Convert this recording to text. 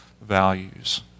values